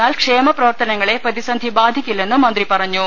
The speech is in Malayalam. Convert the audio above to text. എന്നാൽ ക്ഷേമപ്രവർത്തനങ്ങളെ പ്രതിസന്ധി ബാധിക്കില്ലെന്നും മന്ത്രി പറ ഞ്ഞു